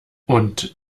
und